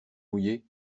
mouillées